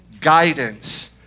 guidance